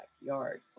backyard